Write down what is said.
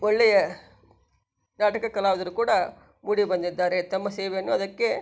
ಒಳ್ಳೆಯ ನಾಟಕ ಕಲಾವಿದರು ಕೂಡ ಮೂಡಿ ಬಂದಿದ್ದಾರೆ ತಮ್ಮ ಸೇವೆಯನ್ನು ಅದಕ್ಕೆ